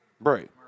Right